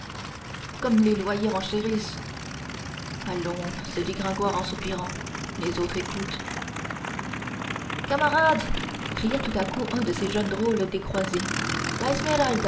comme les loyers renchérissent allons se dit gringoire en soupirant les autres écoutent camarades cria tout à coup un de ces jeunes drôles